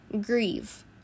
grieve